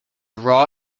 raw